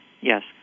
Yes